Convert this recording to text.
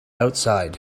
outside